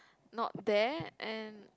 not there and